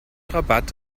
rabatt